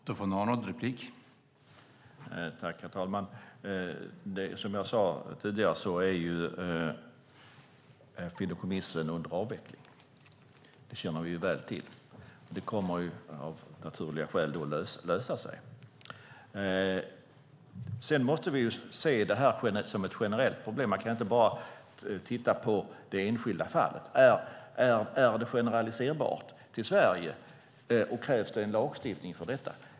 Herr talman! Som jag sade tidigare är fideikommissen under avveckling. Det känner vi ju väl till. Det kommer då av naturliga skäl att lösa sig. Sedan måste vi se det här som ett generellt problem. Vi kan inte bara titta på det enskilda fallet. Är det generaliserbart till Sverige, och krävs det en lagstiftning för detta?